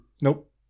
Nope